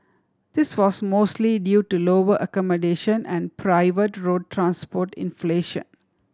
this was mostly due to lower accommodation and private road transport inflation